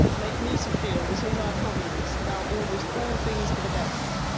make me to feel that in thy providence thou orderest all things for the best,